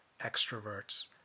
extroverts